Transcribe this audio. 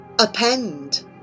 Append